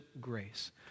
grace